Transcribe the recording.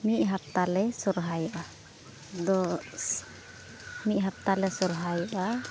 ᱢᱤᱫ ᱦᱟᱯᱛᱟᱞᱮ ᱥᱚᱦᱚᱨᱟᱭᱚᱜᱼᱟ ᱟᱫᱚ ᱢᱤᱫ ᱦᱟᱯᱛᱟᱞᱮ ᱥᱚᱦᱚᱨᱟᱭᱚᱜᱼᱟ